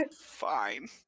fine